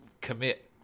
commit